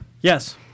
Yes